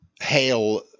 hail